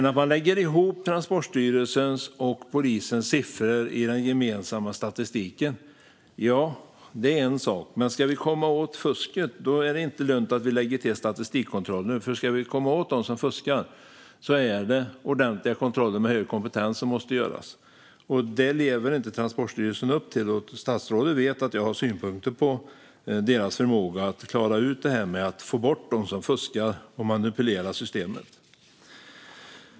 Att man lägger ihop Transportstyrelsens och polisens siffror i den gemensamma statistiken är en sak, men ska vi komma åt fusket är det inte lönt att vi lägger till statistikkontroller. Ska vi komma åt dem som fuskar är det ordentliga kontroller med hög kompetens som måste göras, och det lever inte Transportstyrelsen upp till. Statsrådet vet att jag har synpunkter på dess förmåga att klara av att få bort dem som fuskar och manipulerar systemet.